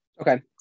Okay